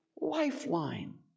lifeline